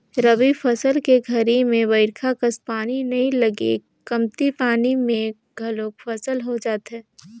रबी फसल के घरी में बईरखा कस पानी नई लगय कमती पानी म घलोक फसल हो जाथे